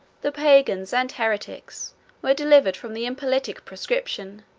the pagans and heretics were delivered from the impolitic proscription,